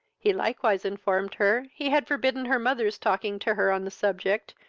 he likewise informed her, he had forbidden her mother's talking to her on the subject,